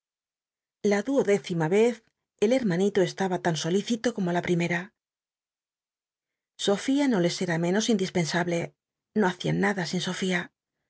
la duodécima vez el hetmanito estaba lan solícito como la primera sofía no les era menos indispensable no hacían nada sin sofia